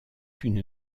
une